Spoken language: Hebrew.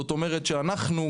זאת אומרת שאנחנו,